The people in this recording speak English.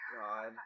god